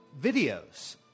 videos